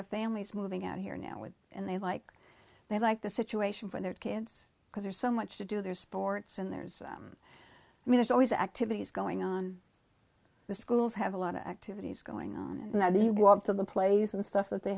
of families moving out here now with and they like they like the situation for their kids because there's so much to do there's sports and there's i mean there's always activities going on the schools have a lot of activities going on and that he wanted the plays and stuff that they